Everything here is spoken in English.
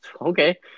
okay